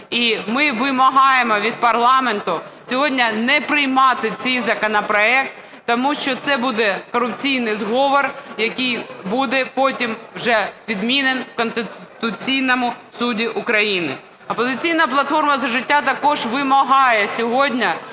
І ми вимагаємо від парламенту сьогодні не приймати цей законопроект, тому що це буде корупційний зговор, який буде потім вже відмінений в Конституційному Суді України. "Опозиційна платформа – За життя" також вимагає сьогодні